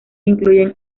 incluyen